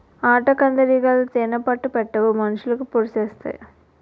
ఆటకందిరీగలు తేనే పట్టు పెట్టవు మనుషులకి పొడిసెత్తాయి